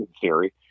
theory